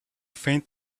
faint